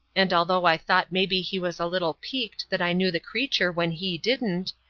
and although i thought maybe he was a little piqued that i knew the creature when he didn't,